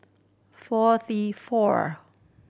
forty four